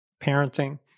parenting